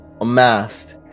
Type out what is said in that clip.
amassed